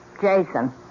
Jason